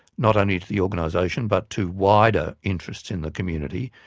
not only to the organisation, but to wider interests in the community.